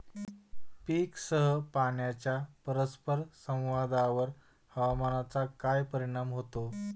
पीकसह पाण्याच्या परस्पर संवादावर हवामानाचा काय परिणाम होतो?